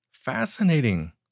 fascinating